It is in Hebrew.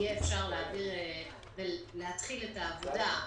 יהיה אפשר להתחיל את העבודה,